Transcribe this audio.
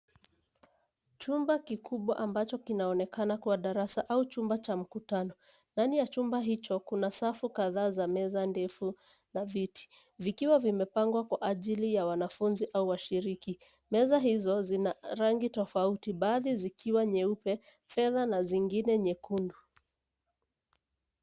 Chumba kikubwa ambacho kinachoonekana kuwa darasa au chumba cha mkutano. Ndani ya chumba hicho kuna safu kadhaa za meza na viti vikiwa vimepangwa kwa ajili ya wanafunzi au wa shiriki. Meza hizo zinarangi tofauti baadhi yao zikiwa nyeupe, fedha na zingine nyekundu.